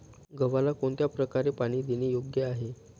गव्हाला कोणत्या प्रकारे पाणी देणे योग्य आहे?